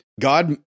God